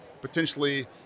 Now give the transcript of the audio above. potentially